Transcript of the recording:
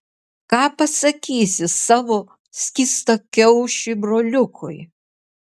ką pasakysi savo skystakiaušiui broliukui